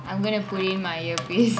I'm going to put in my earpiece